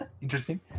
Interesting